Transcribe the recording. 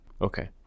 Okay